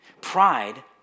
Pride